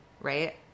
right